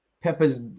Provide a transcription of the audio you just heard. Peppers